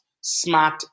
smart